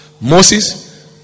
Moses